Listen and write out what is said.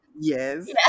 Yes